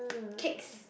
cakes